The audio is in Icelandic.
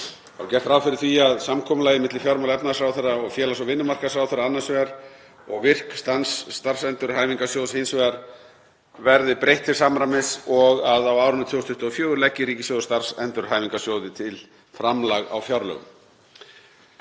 Þá er gert ráð fyrir því að samkomulagi milli fjármála- og efnahagsráðherra og félags- og vinnumarkaðsráðherra annars vegar og VIRK – starfsendurhæfingarsjóðs hins vegar verði breytt til samræmis og að á árinu 2024 leggi ríkissjóður starfsendurhæfingarsjóði til framlag á fjárlögum.